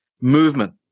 movement